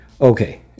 Okay